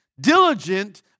diligent